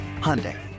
Hyundai